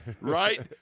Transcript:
right